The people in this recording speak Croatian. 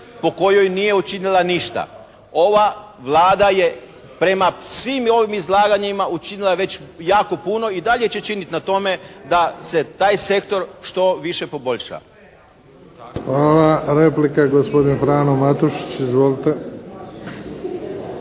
po kojoj nije učinila ništa. Ova Vlada je prema svim ovim izlaganjima učinila već jako puno i dalje će činiti na tome da se taj sektor što više poboljša. **Bebić, Luka (HDZ)** Hvala. Replika, gospodin Frano Matušić. Izvolite.